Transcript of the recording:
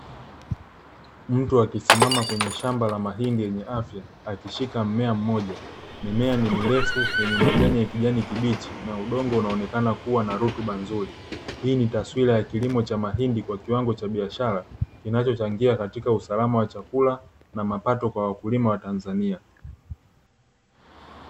Mtu akisimama kwenye shamba la mahindi yenye afya, akishika mmea mmoja. Mimea ni mirefu yenye majani ya kijani kibichi na udongo unaonekana kuwa na rutuba nzuri. Hii ni taswira ya kilimo cha mahindi kwa kiwango cha biashara, kinachochangia katika usalama wa chakula na mapato kwa wakulima wa Tanzania.